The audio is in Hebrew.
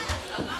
על חשבונה.